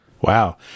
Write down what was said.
Wow